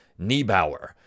Niebauer